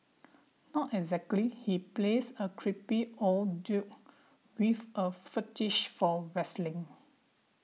not exactly he plays a creepy old dude with a fetish for wrestling